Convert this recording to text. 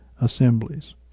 assemblies